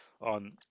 on